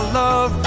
love